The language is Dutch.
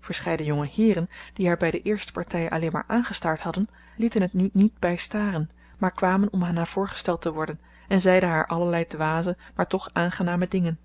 verscheiden jongeheeren die haar bij de eerste partij alleen maar aangestaard hadden lieten het nu niet bij staren maar kwamen om aan haar voorgesteld te worden en zeiden haar allerlei dwaze maar toch aangename dingen